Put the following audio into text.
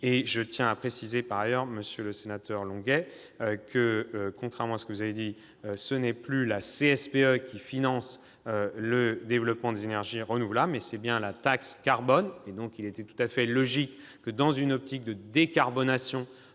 Je tiens à préciser par ailleurs, monsieur le sénateur Longuet, que, contrairement à ce que vous avez dit, c'est non plus la CSPE qui finance le développement des énergies renouvelables, mais bien la taxe carbone. Il était tout à fait logique que, dans une optique de décarbonation